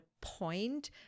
point